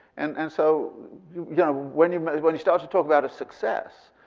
and and so yeah when you when you start to talk about a success,